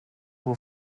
will